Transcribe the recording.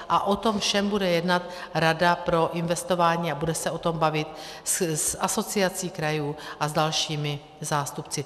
A o tom všem bude jednat Rada pro investování a bude se o tom bavit s Asociací krajů a s dalšími zástupci.